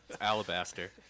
alabaster